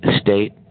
state